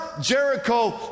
Jericho